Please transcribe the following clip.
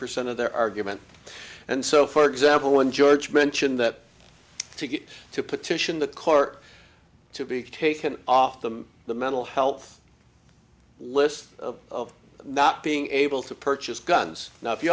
percent of their argument and so for example when george mentioned that to get to petition the court to be taken off the the mental health list of not being able to purchase guns now if you